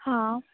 हां